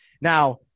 Now